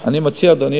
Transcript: אני מציע, אדוני